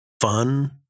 fun